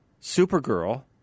Supergirl